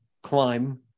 Climb